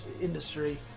industry